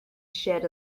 shed